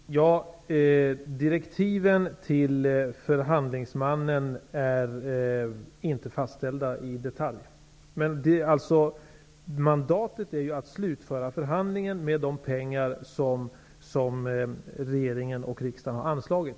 Herr talman! Direktiven till förhandlingsmannen är inte fastställda i detalj. Men mandatet är ju att slutföra förhandlingen med de pengar som regeringen och riksdagen har anslagit.